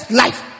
life